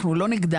אנחנו לא נגדם.